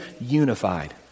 unified